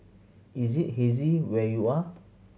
is it hazy where you are